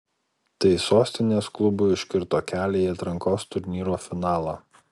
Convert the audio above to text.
tai sostinės klubui užkirto kelią į atrankos turnyro finalą